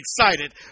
excited